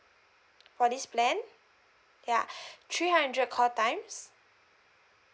for this plan ya three hundred call times